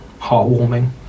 heartwarming